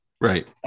Right